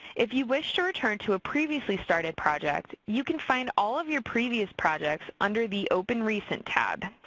if you wish to return to a previously started project, you can find all of your previous projects under the open recent tab.